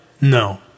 No